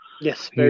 yes